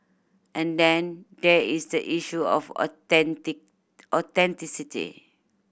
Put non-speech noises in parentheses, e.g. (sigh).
and then there is the issue of (unintelligible) authenticity